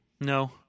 No